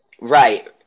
Right